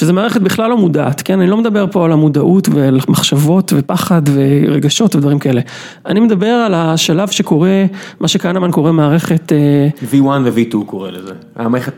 שזה מערכת בכלל לא מודעת, כן, אני לא מדבר פה על המודעות ומחשבות ופחד ורגשות ודברים כאלה. אני מדבר על השלב שקורה, מה שכהנמן קורא מערכת... V1 ו-V2 קורא לזה.